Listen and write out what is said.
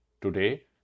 Today